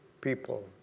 people